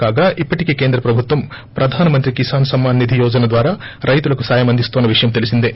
కాగా ఇప్పటికే కేంద్ర ప్రభుత్వం ప్రధాన మంత్రి కిసాన్ సమ్మాన్ నిధి యోజన ద్వారా రైతులకు సాయం అందిస్తోన్న విషయం తెలిసిందే